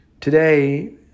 Today